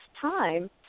time